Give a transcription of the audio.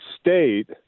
state